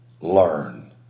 learn